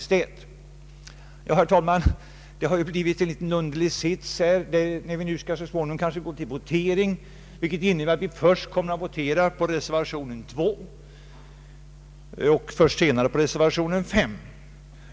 Det har ju här blivit en litet underlig sits — när vi så småningom skall gå till votering, kommer vi ju först att eventuellt votera beträffande reservation 2 och senare beträffande reservation 5.